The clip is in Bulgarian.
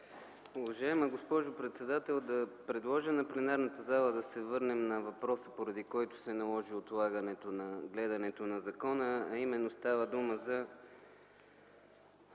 Уважаема госпожо председател, да предложа на пленарната зала да се върнем на въпроса, поради който се наложи отлагането на гледането на закона. Става дума